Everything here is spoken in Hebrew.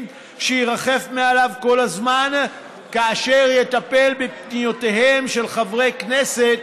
שירחף מעליו כל הזמן כאשר יטפל בפניותיהם של חברי כנסת